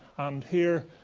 and here,